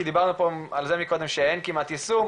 כי דיברנו פה על זה מקודם שאין כמעט יישום,